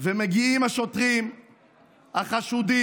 ומגיעים השוטרים החשודים